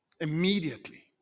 Immediately